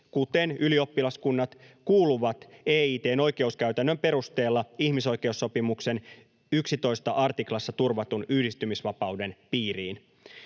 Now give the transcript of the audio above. kuten ylioppilaskunnat, kuuluvat EIT:n oikeuskäytännön perusteella ihmisoikeussopimuksen 11 artiklassa turvatun yhdistymisvapauden piiriin.